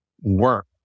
work